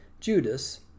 Judas